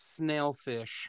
snailfish